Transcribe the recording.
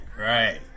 right